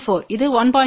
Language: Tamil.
4 இது 1